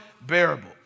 bearable